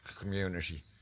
community